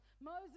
Moses